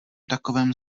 takovém